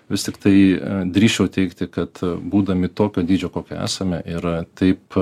vis tiktai drįsčiau teigti kad būdami tokio dydžio kokio esame yra taip